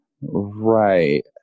right